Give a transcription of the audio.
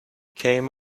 came